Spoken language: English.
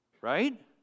Right